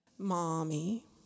mommy